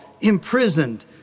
imprisoned